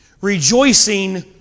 Rejoicing